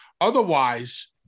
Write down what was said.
Otherwise